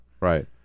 Right